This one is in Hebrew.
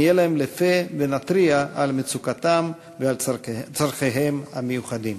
נהיה להם לפה ונתריע על מצוקתם ועל צורכיהם המיוחדים.